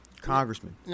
congressman